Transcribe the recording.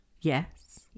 Yes